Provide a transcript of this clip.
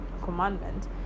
commandment